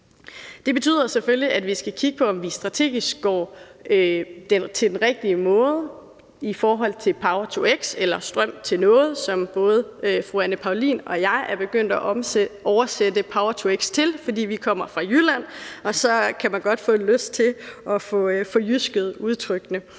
Det betyder selvfølgelig, at vi skal kigge på, om vi strategisk går til det på den rigtige måde i forhold til power-to-x eller strøm-til-noget, som både fru Anne Paulin og jeg er begyndt at oversætte power-to-x til. Vi kommer fra Jylland, og så kan man godt få lyst til at få forjysket udtrykkene.